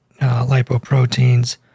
lipoproteins